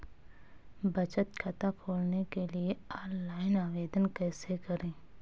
बचत खाता खोलने के लिए ऑनलाइन आवेदन कैसे करें?